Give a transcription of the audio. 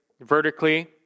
vertically